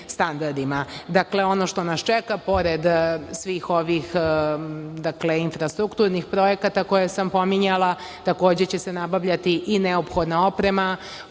što nas čeka, pored svih ovih infrastrukturnih projekata koje sam pominjala, takođe će se nabavljati i neophodna oprema